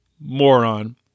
moron